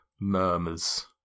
murmurs